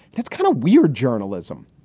that's kind of weird journalism.